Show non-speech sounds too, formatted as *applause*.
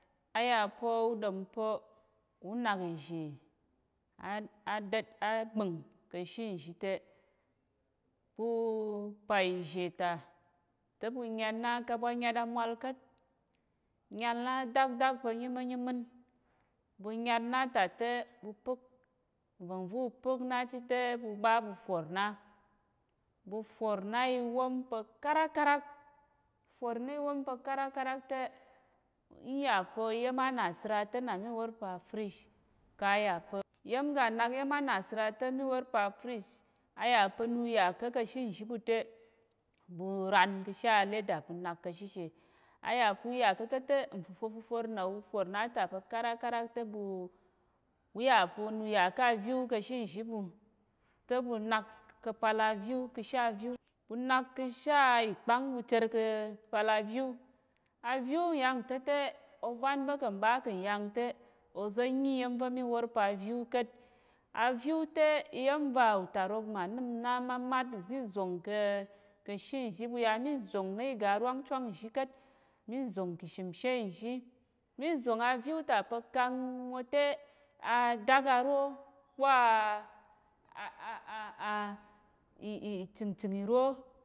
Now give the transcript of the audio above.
Ayapa̱ uɗompa̱ unak izhe *hesitation* agbəng ka̱shin nzhi te ɓu pa izheta te ɓu nyatna kaɓwa nyat amwal ka̱t nyat na dakdak pa̱ nyimin nyimin bu nyat na ta te ɓu pək nvongvu pək nachite ɓu ɓa ɓu forna ɓu forna iwom pa̱ karak karak forna wom pa̱ karak karak te iyapa̱ iyem ga nak iyem a nasəra ta̱ mi wor pa frizh